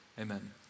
amen